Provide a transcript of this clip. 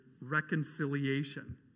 reconciliation